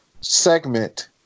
segment